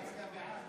את הצבעת.